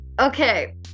Okay